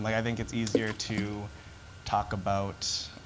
like i think it's easier to talk about